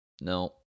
No